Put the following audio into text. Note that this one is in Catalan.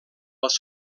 les